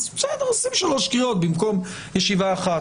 מקיימים שלוש קריאות במקום ישיבה אחת,